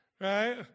right